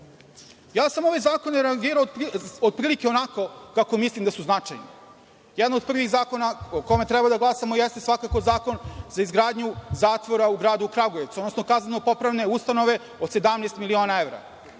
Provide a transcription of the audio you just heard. sam ove zakone rangirao otprilike onako kako mislim da su značajni. Jedan od prvih zakona o kome treba da glasamo jeste svakako zakon za izgradnju zatvora u gradu Kragujevcu, odnosno kazneno-popravne ustanove od 17 miliona evra.